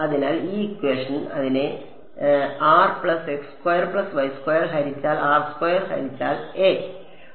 അതിനാൽ അതിനെ ഹരിച്ചാൽ ഹരിച്ചാൽ a